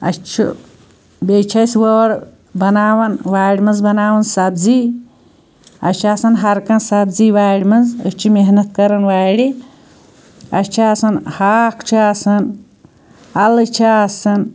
اسہِ چھُ بیٚیہِ چھِ أسۍ وٲر بَناوان وارِ منٛز بَناوان سَبزی اسہِ چھِ آسان ہر کانٛہہ سَبزی وارِ منٛز أسۍ چھِ محنت کران وارِ اسہِ چھُ آسان ہاکھ چھُ آسان اَلہٕ چھِ آسان